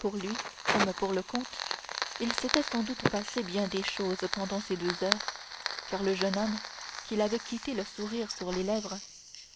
pour lui comme pour le comte il s'était sans doute passé bien des choses pendant ces deux heures car le jeune homme qui l'avait quitté le sourire sur les lèvres